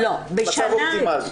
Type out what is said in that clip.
מצב אופטימלי.